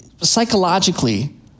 psychologically